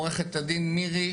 עורכת הדין מירי,